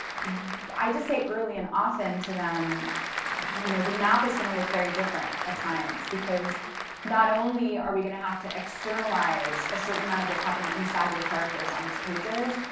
i just say early and often to them but you know the map is going to look very different at times because not only are we going to have to externalize a certain amount of what's happening inside your characters on these pages,